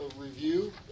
review